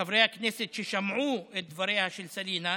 וחברי הכנסת שמעו את דבריה של סלינה.